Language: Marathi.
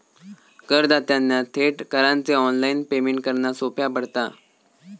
करदात्यांना थेट करांचे ऑनलाइन पेमेंट करना सोप्या पडता